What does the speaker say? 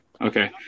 okay